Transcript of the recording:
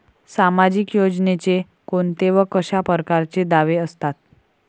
सामाजिक योजनेचे कोंते व कशा परकारचे दावे असतात?